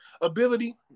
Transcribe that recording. ability